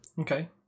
Okay